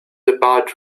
about